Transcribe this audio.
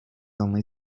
only